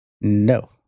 No